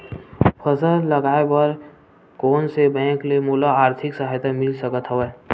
फसल लगाये बर कोन से बैंक ले मोला आर्थिक सहायता मिल सकत हवय?